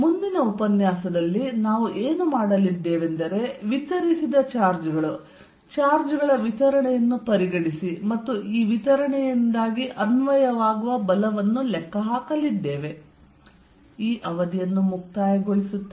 ಮುಂದಿನ ಉಪನ್ಯಾಸದಲ್ಲಿ ನಾವು ಏನು ಮಾಡಲಿದ್ದೇವೆಂದರೆ ವಿತರಿಸಿದ ಚಾರ್ಜ್ಗಳು ಚಾರ್ಜ್ಗಳ ವಿತರಣೆಯನ್ನು ಪರಿಗಣಿಸಿ ಮತ್ತು ಈ ವಿತರಣೆಯಿಂದಾಗಿ ಅನ್ವಯವಾಗುವ ಬಲವನ್ನು ಲೆಕ್ಕಹಾಕಲಿದ್ದೇವೆ